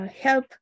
help